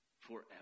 forever